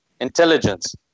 intelligence